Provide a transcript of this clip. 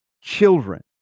children